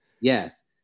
Yes